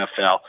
NFL